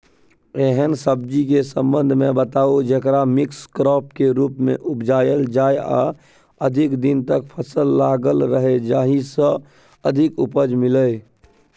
एहन सब्जी के संबंध मे बताऊ जेकरा मिक्स क्रॉप के रूप मे उपजायल जाय आ अधिक दिन तक फसल लागल रहे जाहि स अधिक उपज मिले?